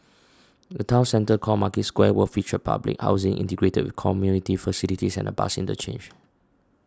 a town centre called Market Square will feature public housing integrated with community facilities and a bus interchange